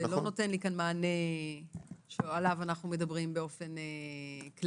זה לא נותן לי כאן מענה למה שאנחנו מדברים באופן כללי.